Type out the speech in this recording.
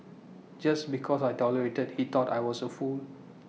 just because I tolerated he thought I was A fool